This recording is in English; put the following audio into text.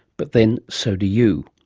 but then, so do you.